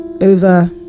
over